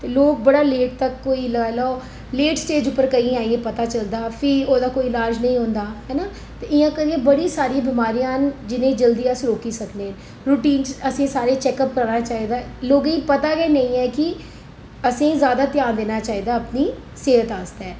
ते लोक बड़ा लेट तक कोई लाई लैओ लेट स्टेज उप्पर केइयें आइये पता चलदा फ्ही ओह्दा कोई ईलाज नेईं होंदा है ना इ'यां बड़ी सारियां बमारिया न जि'नेंगी जल्दी अस रोकी सकनें रुटीन च असें सारे चैकअप करवाना चाहिदा लोकें गी पता गै नेईं ऐ कि असेंगी ज्यादा ध्यान देना चाहिदा अपनी सेहत आस्तै